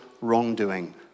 wrongdoing